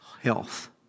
health